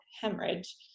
hemorrhage